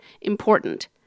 important